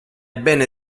bene